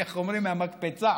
יעני, איך אומרים, מהמקפצה.